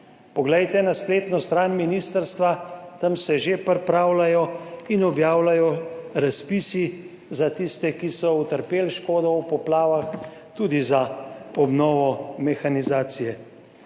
Poglejte na spletno stran ministrstva, tam se že pripravljajo in objavljajo razpisi za tiste, ki so utrpeli škodo v poplavah, tudi za obnovo mehanizacije.